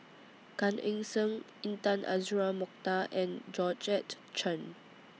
Gan Eng Seng Intan Azura Mokhtar and Georgette Chen